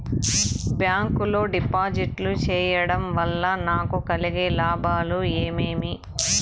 Bank లో డిపాజిట్లు సేయడం వల్ల నాకు కలిగే లాభాలు ఏమేమి?